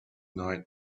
night